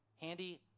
handy